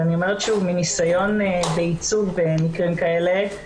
מניסיון בייצוג במקרים כאלה,